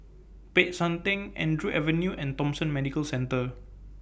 Peck San Theng Andrew Avenue and Thomson Medical Centre